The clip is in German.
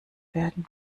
werden